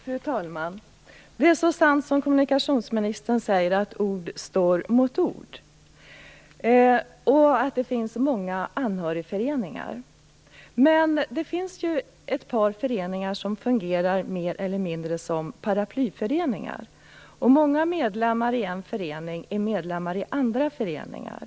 Fru talman! Det är sant som kommunikationsministern säger, att ord står mot ord och att det finns många anhörigföreningar. Men det finns ju ett par föreningar som fungerar mer eller mindre som paraplyföreningar, och många medlemmar i en förening är också medlemmar i andra föreningar.